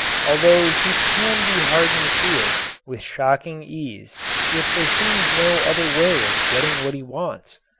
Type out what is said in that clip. although he can be hardened to it with shocking ease if there seems no other way of getting what he wants.